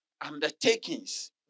undertakings